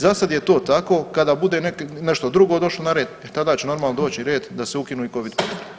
Zasad je to tako, kada bude nešto drugo došlo na red, e tada će normalno doći red da se ukinu i Covid potvrde.